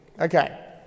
Okay